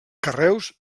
carreus